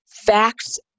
facts